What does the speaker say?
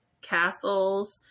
castles